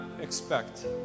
expect